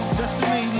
destiny